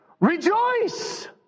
Rejoice